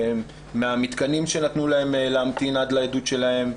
מן המתקנים שנתנו להם להמתין בהם עד לעדותם,